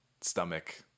stomach